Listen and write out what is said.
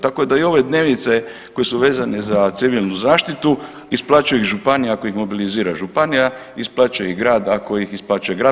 Tako da i ove dnevnice koje su vezane za civilnu zaštitu isplaćuje ih županija ako ih mobilizira županija, isplaćuje ih grad ako ih isplaćuje grad.